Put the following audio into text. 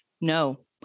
No